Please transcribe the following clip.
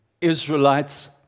Israelites